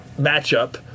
matchup